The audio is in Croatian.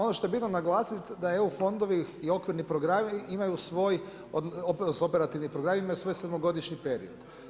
Ono što je bitno naglasiti, da EU fondovi i okvirni programi imaju svoj, operativni programi, imaju svoj 7 godišnji period.